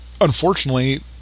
Unfortunately